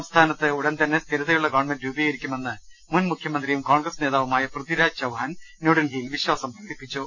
സംസ്ഥാനത്ത് ഉടൻതന്നെ സ്ഥിരതയുള്ള ഗവൺമെന്റ് രൂപീകരിക്കുമെന്ന് മുൻ മുഖ്യമന്ത്രിയും കോൺഗ്രസ് നേതാവുമായ പൃഥ്വിരാജ് ചൌഹാൻ ന്യൂഡൽഹിയിൽ വിശ്വാസം പ്രകടിപ്പിച്ചു